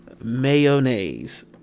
mayonnaise